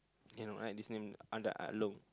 you know right this name Andak Along